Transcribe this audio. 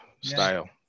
style